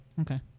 Okay